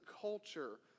culture